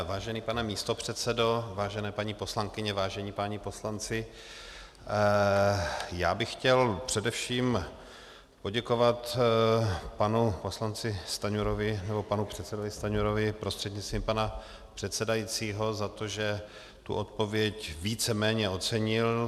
Vážený pane místopředsedo, vážené paní poslankyně, vážení páni poslanci, já bych chtěl především poděkovat panu předsedovi Stanjurovi prostřednictvím pana předsedajícího za to, že odpověď víceméně ocenil.